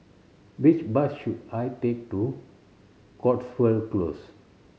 which bus should I take to Cotswold Close